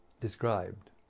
described